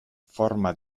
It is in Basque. forma